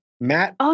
Matt